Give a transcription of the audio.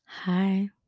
Hi